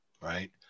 right